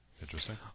Interesting